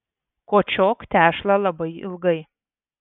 kočiok tešlą labai ilgai